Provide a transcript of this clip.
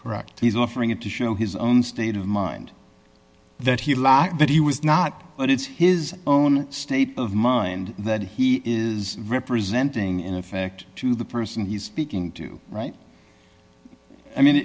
correct he's offering it to show his own state of mind that he lacked that he was not but it's his own state of mind that he is representing in effect to the person he speaking to right i mean